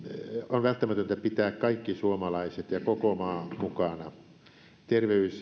on välttämätöntä pitää kaikki suomalaiset ja koko maa mukana terveys